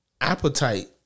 appetite